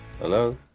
Hello